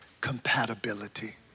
compatibility